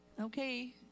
Okay